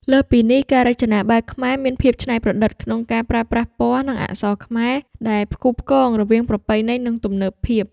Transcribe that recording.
លើសពីនេះ ការរចនាបែបខ្មែរមានភាពច្នៃប្រឌិតក្នុងការប្រើប្រាស់ពណ៌ និងអក្សរខ្មែរ ដែលផ្គូផ្គងរវាងប្រពៃណី និងទំនើបភាព។